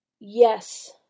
Yes